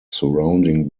surrounding